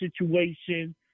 situation